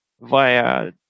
via